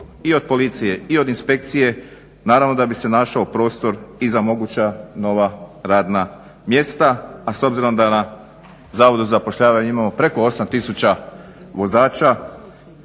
i od policije i od inspekcije, naravno da bi se našao prostor i za moguća nova radna mjesta. A s obzirom da na zavodu za zapošljavanje imamo preko 8 tisuća vozača